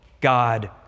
God